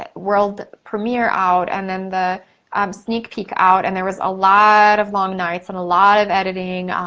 ah world premiere out, and then the um sneak peek out, and there was a lot of long nights, and a lot of editing,